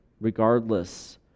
regardless